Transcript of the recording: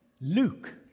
Luke